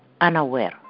unaware